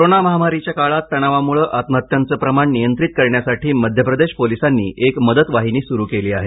corona महामारीच्या काळात तणावामुळे आत्महत्यांचं प्रमाण नियंत्रित करण्यासाठी मध्यप्रदेश पोलिसांनी एक मदतवाहिनी सुरू केली आहे